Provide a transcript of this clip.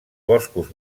boscos